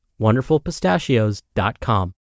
wonderfulpistachios.com